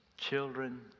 Children